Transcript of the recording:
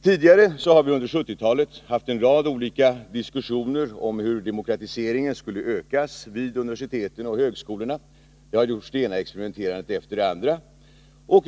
Tidigare har vi under 1970-talet haft en rad diskussioner om hur demokratisering skulle kunna ökas vid universiteten och högskolorna. Det har gjorts det ena experimentet efter det andra.